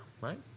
right